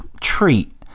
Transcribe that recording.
treat